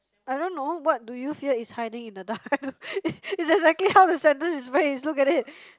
I don't know what do you fear is hiding in the dark it it's exactly how the sentence is phrase you look at it